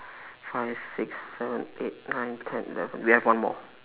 five six seven eight nine ten eleven we have one more